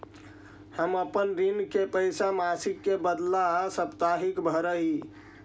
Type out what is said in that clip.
हम अपन ऋण के पैसा मासिक के बदला साप्ताहिक भरअ ही